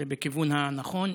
זה בכיוון הנכון.